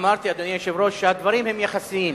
אמרתי, אדוני היושב-ראש, שהדברים הם יחסיים,